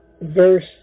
verse